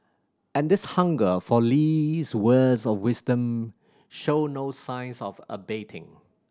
and this hunger for Lee's words of wisdom show no signs of abating